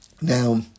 Now